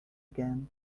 again